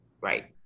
Right